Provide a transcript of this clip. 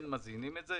הם מזינים את זה.